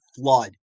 flood